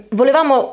volevamo